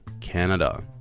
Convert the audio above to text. canada